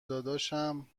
داداشم